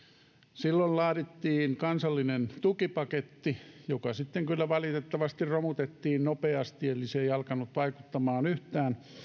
silloin laadittiin kansallinen tukipaketti joka sitten kyllä valitettavasti romutettiin nopeasti eli se ei alkanut vaikuttamaan yhtään